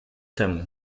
temu